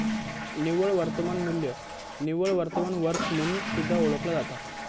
निव्वळ वर्तमान मू्ल्य निव्वळ वर्तमान वर्थ म्हणून सुद्धा ओळखला जाता